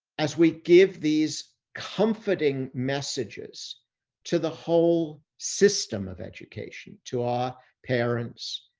as we give these comforting messages to the whole system of education, to our parents,